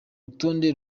rutonde